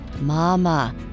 Mama